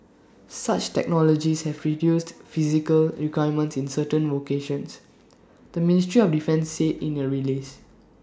such technologies have reduced physical requirements in certain vocations the ministry of defence said in A release